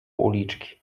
uliczki